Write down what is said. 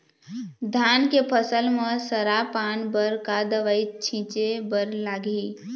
धान के फसल म सरा पान बर का दवई छीचे बर लागिही?